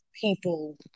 people